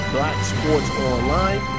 BlackSportsOnline